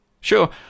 Sure